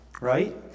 Right